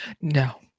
No